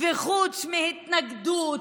וחוץ מהתנגדות.